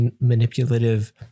manipulative